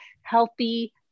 healthy